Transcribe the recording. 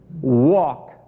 walk